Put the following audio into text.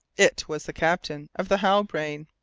it was the captain of the halbrane.